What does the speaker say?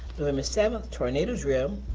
november seventh, tornado drill,